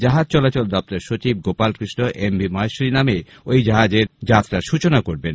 জাহাজ চলাচল দপ্তরের সচিব গোপালকৃষ্ণ এমভি মহেশ্বরী নামে এই জাহাজের যাত্রার সূচনা করবেন